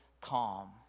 calm